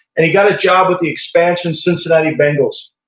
and he got a job at the expansion cincinnati bengals,